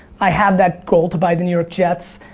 i have that goal to buy the new york jets.